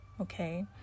okay